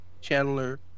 Chandler